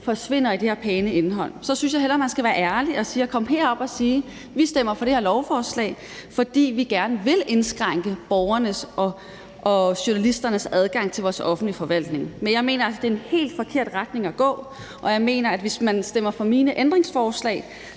forsvinder i det her pæne indhold. Så synes jeg hellere, man skal være ærlig og komme herop at sige, at vi stemmer for det her lovforslag, fordi vi gerne vil indskrænke borgerne og journalisternes adgang til vores offentlige forvaltning. Men det mener jeg altså er en helt forkert retning at gå i. Mine ændringsforslag